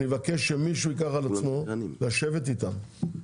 אני מבקש שמישהו ייקח על עצמו לשבת איתם.